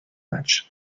match